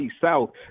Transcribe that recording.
South